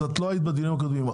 אז את לא היית בדיונים הקודמים,